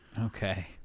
Okay